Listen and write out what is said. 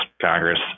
Congress